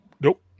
Nope